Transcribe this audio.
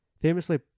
Famously